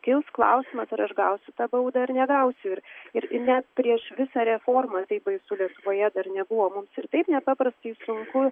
kils klausimas ar aš gausiu tą baudą ar negausiu ir ir ir net prieš visą reformą taip baisu lietuvoje dar nebuvo mums ir taip nepaprastai sunku